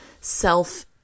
self